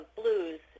blues